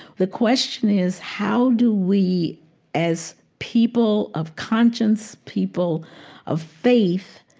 the question is how do we as people of conscience, people of faith,